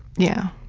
yeah.